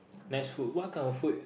nice food what kind of food